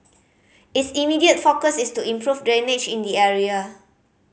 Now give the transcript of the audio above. its immediate focus is to improve drainage in the area